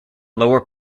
lower